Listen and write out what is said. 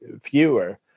fewer